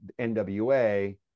NWA